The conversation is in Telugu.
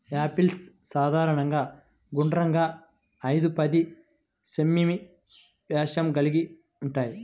యాపిల్స్ సాధారణంగా గుండ్రంగా, ఐదు పది సెం.మీ వ్యాసం కలిగి ఉంటాయి